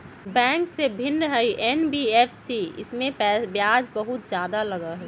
Bank से भिन्न हई एन.बी.एफ.सी इमे ब्याज बहुत ज्यादा लगहई?